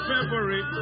February